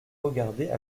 regarder